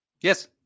Yes